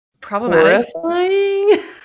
problematic